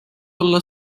olla